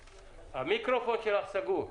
בבקשה.